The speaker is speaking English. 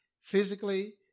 physically